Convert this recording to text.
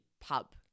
pub